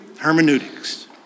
hermeneutics